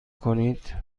کنید